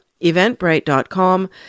eventbrite.com